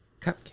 cupcake